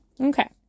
Okay